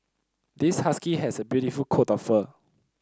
this husky has a beautiful coat of fur